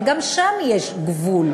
אבל גם שם יש גבול.